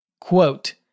Quote